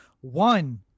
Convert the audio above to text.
one